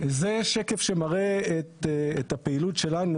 זה שקף שמראה את הפעילות שלנו.